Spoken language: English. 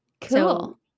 Cool